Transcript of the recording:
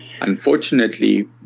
Unfortunately